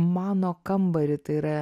mano kambarį tai yra